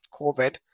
COVID